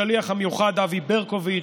השליח המיוחד אבי ברקוביץ',